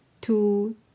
two